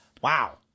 Wow